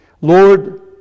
Lord